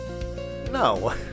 No